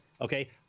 okay